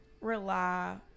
rely